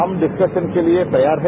हम डिसकशन के लिए तैयार हैं